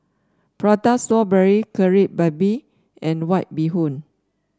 Prata Strawberry Kari Babi and White Bee Hoon